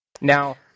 Now